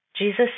Jesus